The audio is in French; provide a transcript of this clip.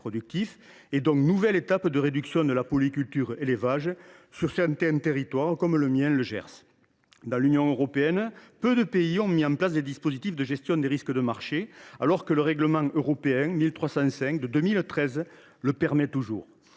à une nouvelle étape de réduction de la polyculture élevage sur certains territoires, comme dans le département du Gers. Dans l’Union européenne, peu de pays ont mis en place des dispositifs de gestion des risques de marché, alors que le règlement n° 1305/2013 du 17 décembre 2013 le permet toujours.